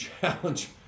challenge